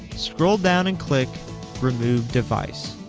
scroll down and click remove device